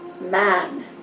man